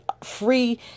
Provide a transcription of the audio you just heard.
free